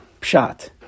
Pshat